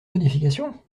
modification